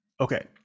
Okay